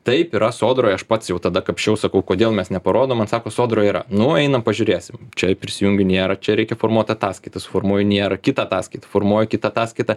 taip yra sodroj aš pats jau tada kapsčiau sakau kodėl mes neparodom atsako sodroj yra nu einam pažiūrėsim čia prisijungiu nėra čia reikia formuot ataskaitas formuoju nėra kitą ataskaitą formuoju kitą ataskaitą